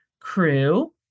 crew